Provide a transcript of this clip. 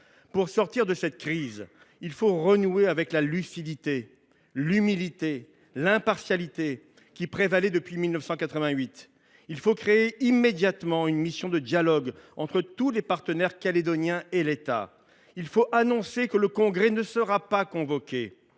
Pour sortir de cette crise, il faut renouer avec la lucidité, l’humilité et l’impartialité qui prévalaient depuis 1988. Il faut créer immédiatement une mission de dialogue entre tous les partenaires calédoniens et l’État. Il faut annoncer que le Congrès ne sera pas convoqué.